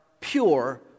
pure